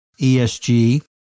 ESG